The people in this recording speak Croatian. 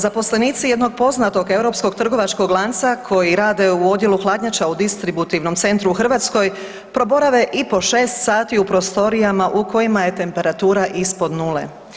Zaposlenici jednog poznatog europskog trgovačkog lanca koji rade u odjelu hladnjača u distributivnom centru u Hrvatskoj proborave i po šest sati u prostorijama u kojima je temperatura ispod nule.